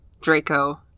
Draco